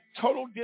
total